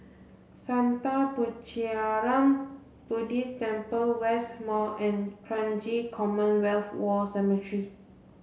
Sattha Puchaniyaram Buddhist Temple West Mall and Kranji Commonwealth War Cemetery